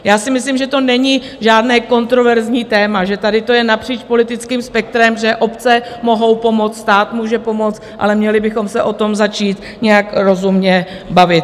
Já si myslím, že to není žádné kontroverzní téma, že tady to je napříč politickým spektrem, že obce mohou pomoct, stát může pomoct, ale měli bychom se o tom začít nějak rozumně bavit.